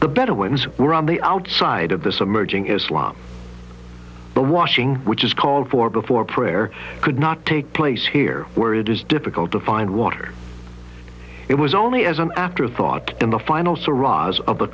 the better ones were on the outside of this emerging islam but washing which is called for before prayer could not take place here where it is difficult to find water it was only as an afterthought in the final